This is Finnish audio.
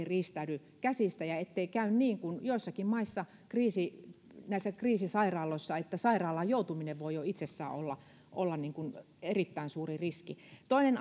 riistäydy käsistä ja ettei käy niin kuin joissakin maissa näissä kriisisairaaloissa että sairaalaan joutuminen voi jo itsessään olla olla erittäin suuri riski vielä toinen